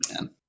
man